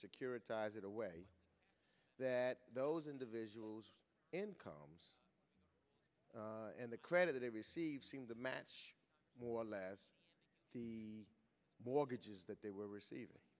securitize in a way that those individuals incomes and the credit they receive seem to match more or less the mortgages that they were receiving